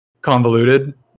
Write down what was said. convoluted